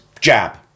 jab